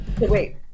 Wait